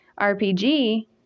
RPG